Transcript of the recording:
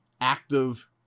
active